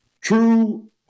True